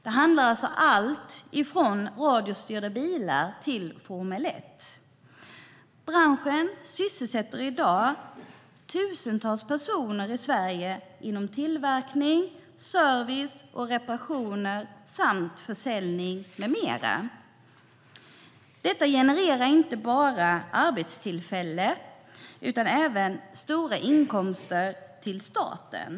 Det handlar om alltifrån radiostyrda bilar till formel 1. Branschen sysselsätter i dag tusentals personer i Sverige inom tillverkning, service och reparationer samt försäljning med mera. Detta genererar inte bara arbetstillfällen utan även stora inkomster till staten.